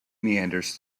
meanders